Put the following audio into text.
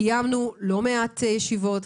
קיימנו לא מעט ישיבות,